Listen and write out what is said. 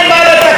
If it works,